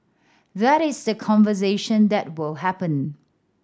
that is the conversation that will happen